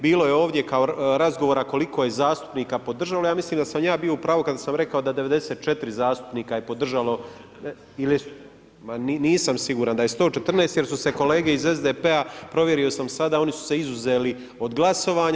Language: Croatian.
Bilo je ovdje razgovora koliko je zastupnika podržalo, ja mislim da sam ja bio u pravu kada sam rekao da 94 zastupnika je podržalo, [[upadica]] nisam siguran da je 114 jer su se kolege iz SDP-a provjerio sam sada oni su se izuzeli od glasovanja.